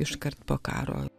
iškart po karo